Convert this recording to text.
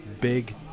Big